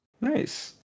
Nice